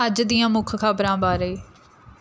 ਅੱਜ ਦੀਆਂ ਮੁੱਖ ਖ਼ਬਰਾਂ ਬਾਰੇ